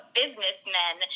businessmen